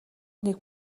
нэг